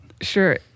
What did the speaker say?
Sure